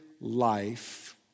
life